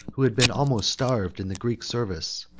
who had been almost starved in the greek service,